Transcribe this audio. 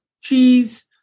cheese